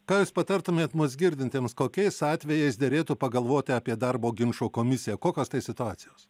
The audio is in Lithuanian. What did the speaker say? ką jūs patartumėt mus girdintiems kokiais atvejais derėtų pagalvoti apie darbo ginčo komisiją kokios tai situacijos